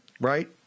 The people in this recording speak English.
Right